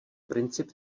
princip